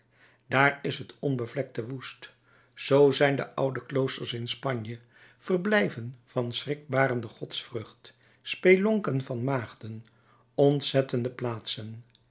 daar is het onbevlekte woest z zijn de oude kloosters in spanje verblijven van schrikbarende godsvrucht spelonken van maagden ontzettende plaatsen